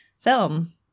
film